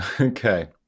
Okay